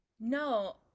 no